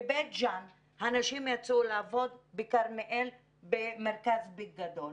בבית ג'אן אנשים יצאו לעבוד בכרמיאל במרכז ביג הגדול.